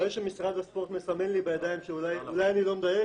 אני רואה שמשרד הספורט מסמן לי בידיים שאולי אני לא מדייק,